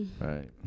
Right